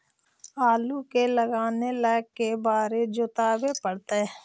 आलू के लगाने ल के बारे जोताबे पड़तै?